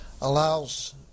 allows